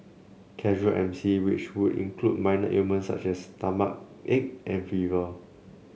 casual M C which would include minor ailments such as stomachache and fever